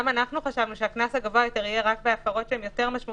גם אנחנו חשבנו שהקנס הגבוה יותר יהיה רק בהפרות שהן יותר משמעותיות.